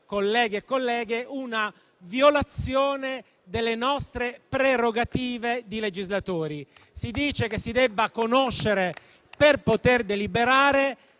colleghi e colleghe, una violazione delle nostre prerogative di legislatori. Si dice che si debba conoscere per poter deliberare: